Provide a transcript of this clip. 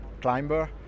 climber